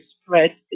spread